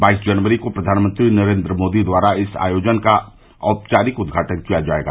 बाईस जनवरी को प्रधानमंत्री नरेन्द्र मोदी द्वारा इस आयोजन का औपचारिक उद्घाटन किया जायेगा